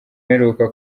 uheruka